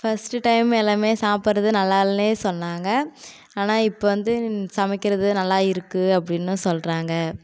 first time எல்லாம் சாப்புடுறது நல்லா இல்லைன்னே சொன்னாங்க ஆனால் இப்போ வந்து சமைக்கிறது நல்லா இருக்குது அப்படின்னு சொல்கிறாங்க